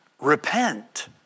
repent